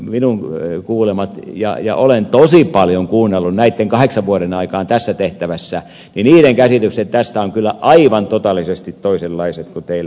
minun kuulemieni ja olen tosi paljon kuunnellut näiden kahdeksan vuoden aikaan tässä tehtävässä käsitykset tästä ovat kyllä aivan totaalisesti toisenlaiset kuin teillä